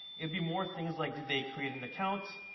it'd be more things like, did they create an account?